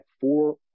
four